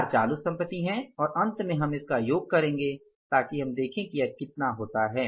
चार चालू संपत्ति हैं और अंत में हम इसका योग करेंगे ताकि हम देखें कि यह कितना होता है